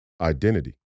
Identity